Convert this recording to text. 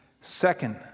Second